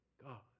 God